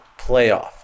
playoff